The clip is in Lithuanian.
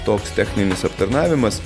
toks techninis aptarnavimas